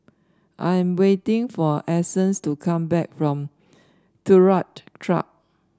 I am waiting for Essence to come back from Turut Track